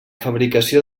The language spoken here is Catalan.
fabricació